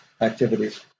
activities